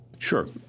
Sure